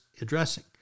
addressing